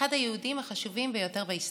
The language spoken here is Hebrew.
אחד היהודים החשובים ביותר בהיסטוריה,